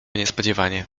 niespodziewanie